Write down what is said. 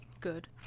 Good